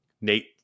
nate